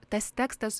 tas tekstas